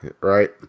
right